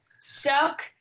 suck